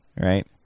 right